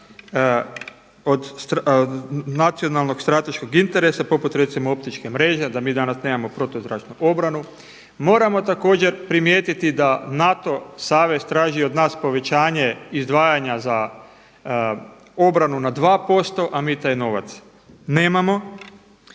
od nacionalnog strateškog interesa poput recimo optičke mreže da mi danas nemamo protuzračnu obranu. Moramo također primijetiti da NATO savez traži od nas povećanje izdvajanja za obranu na 2%, a mi taj novac nemamo.